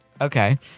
Okay